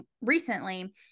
recently